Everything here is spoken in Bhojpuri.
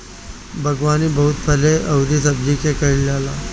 बागवानी बहुते फल अउरी सब्जी के कईल जाला